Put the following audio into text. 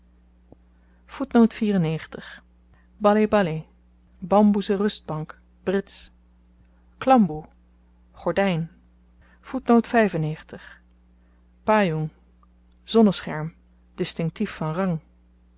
baleh-baleh bamboezen rustbank brits klamboe gordijn pajong zonnescherm distinktief van rang